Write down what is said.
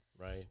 Right